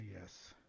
yes